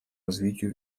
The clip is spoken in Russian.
развитию